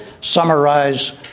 summarize